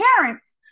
parents